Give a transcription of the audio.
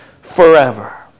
forever